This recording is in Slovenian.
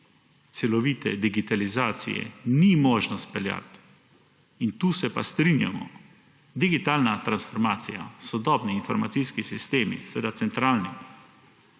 celovite digitalizacije ni možno izpeljati. In tu se pa strinjamo: digitalna transformacija, sodobni informacijski sistemi, seveda centralni,